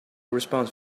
response